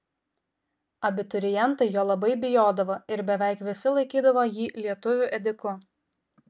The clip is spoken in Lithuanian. abiturientai jo labai bijodavo ir beveik visi laikydavo jį lietuvių ėdiku